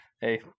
Hey